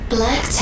Black